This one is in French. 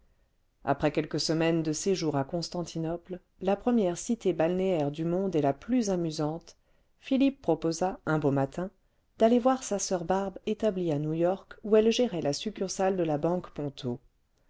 après quelques semaines de séjour à constantinople la première cité balnéaire du monde et la plus amusante philippe proposa un beau matin d'aller voir sa soeur barbe établie à new-york où elle gérait la succursale de la banque ponto